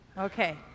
Okay